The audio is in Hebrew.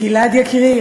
גלעד יקירי,